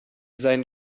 seinen